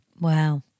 Wow